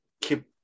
keep